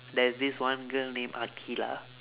there's this one girl named aqilah